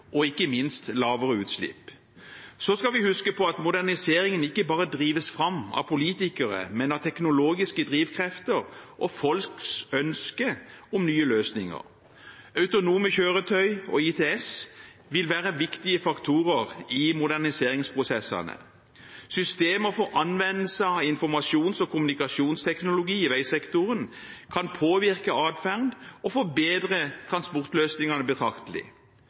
og ikke minst lavere utslipp. Så skal vi huske på at moderniseringen ikke bare drives fram av politikere, men av teknologiske drivkrefter og folks ønske om nye løsninger. Autonome kjøretøy og ITS vil være viktige faktorer i moderniseringsprosessene. Systemer for anvendelse av informasjons- og kommunikasjonsteknologi i veisektoren kan påvirke adferden og forbedre transportløsningene betraktelig.